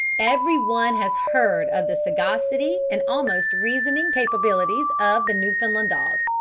every one has heard of the sagacity and almost reasoning capabilities of the newfoundland dog.